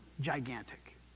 gigantic